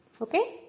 Okay